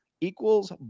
equals